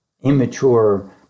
immature